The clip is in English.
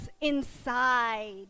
inside